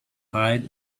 hide